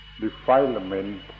defilement